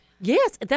Yes